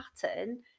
pattern